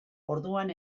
orduan